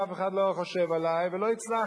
אף אחד לא חושב עלי ולא הצלחתי.